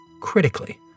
critically